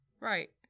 Right